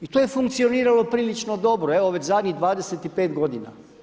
I to je funkcioniralo prilično dobro, evo već zadnjih 25 godina.